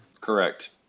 Correct